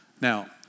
Now